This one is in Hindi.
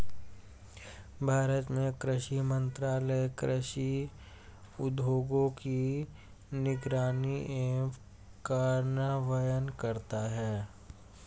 भारत में कृषि मंत्रालय कृषि उद्योगों की निगरानी एवं कार्यान्वयन करता है